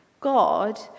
God